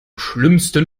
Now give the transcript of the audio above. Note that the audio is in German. schlimmsten